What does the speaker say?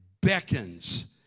beckons